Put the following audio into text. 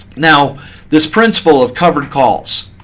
now this principle of covered calls.